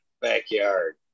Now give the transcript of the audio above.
backyard